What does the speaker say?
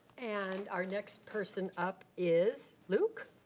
and our next person up is luke.